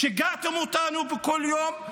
שיגעתם אותנו כל יום,